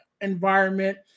environment